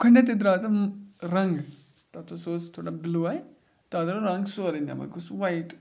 گۄڈٕنیٚتھٕے درٛاو تَتھ رنٛگ تَتھ اوس تھوڑا بٕلوٗے آیہِ تَتھ درٛاو رنٛگ سورُے نٮ۪بَر گوٚو سُہ وایِٹ